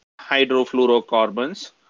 hydrofluorocarbons